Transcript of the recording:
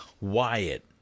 Wyatt